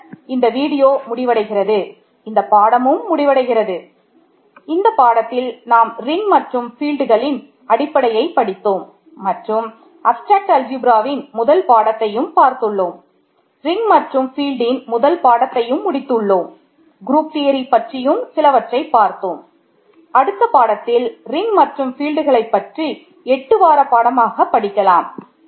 இத்துடன் இந்த வீடியோ பற்றி எட்டு வார பாடமாக படிக்கலாம்